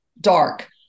dark